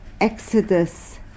exodus